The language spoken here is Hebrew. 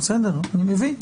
אני מבין,